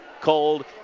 cold